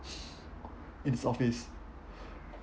it's office